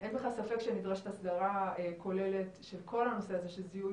אין בכלל ספק שנדרשת הסדרה כוללת של כל הנושא הזה של זיהוי